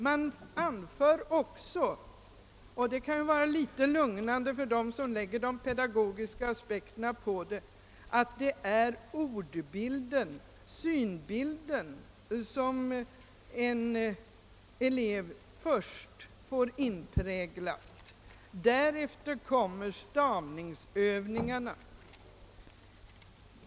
Man anför också — det kan vara lugnande för den som anlägger pedagogiska aspekter på detta — att det är ordbilden, synbilden, som en elev först får inpräglad. Därefter kommer stavningsövningarna.